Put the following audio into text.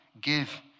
give